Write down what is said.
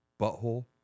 butthole